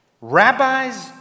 Rabbis